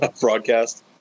broadcast